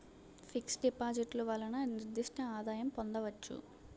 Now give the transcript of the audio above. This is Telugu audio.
ఫిక్స్ డిపాజిట్లు వలన నిర్దిష్ట ఆదాయం పొందవచ్చు